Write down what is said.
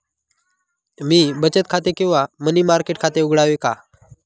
मी बचत खाते किंवा मनी मार्केट खाते उघडावे का?